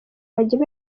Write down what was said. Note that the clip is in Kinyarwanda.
bagiye